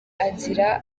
agira